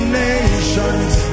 nations